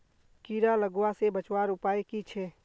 कीड़ा लगवा से बचवार उपाय की छे?